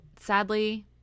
sadly